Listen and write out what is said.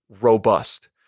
robust